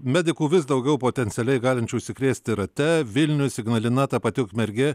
medikų vis daugiau potencialiai galinčių užsikrėsti rate vilnius ignalina ta pati ukmergė